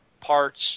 parts